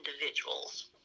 individuals